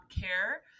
care